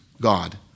God